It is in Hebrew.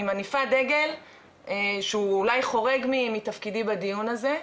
אני מניפה דגל שהוא אולי חורג מתפקידי בדיון הזה,